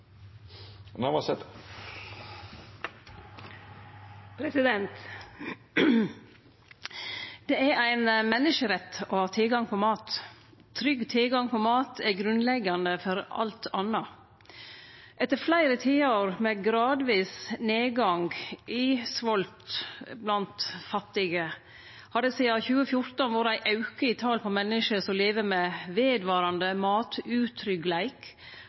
avslutta. Det er ein menneskerett å ha tilgang på mat. Trygg tilgang på mat er grunnleggjande for alt anna. Etter fleire tiår med gradvis nedgang i svolt blant fattige har det sidan 2014 vore ein auke i talet på menneske som lever med vedvarande